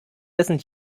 dessen